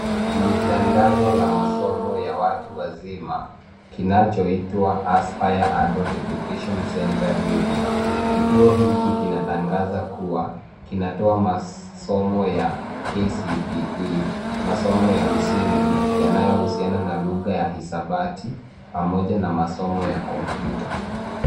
Ni tangazo la masomo ya watu wazima kinachoitwa aspire adult education centre Ruiru kituo hiki kinatangaza kuwa kinatoa masomo ya K.C.P.E masomo ya msingi yanayohusiana na lugha ya hisabati pamoja na masomo ya kompyuta